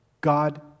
God